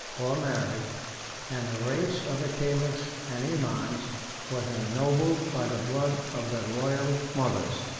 or marriage and the race of the caliphs and imams was ennobled by the blood of their royal mothers.